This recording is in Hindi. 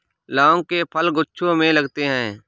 लौंग के फल गुच्छों में उगते हैं